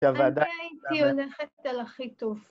‫בזה הייתי הולכת על הכי טוב.